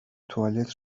توالت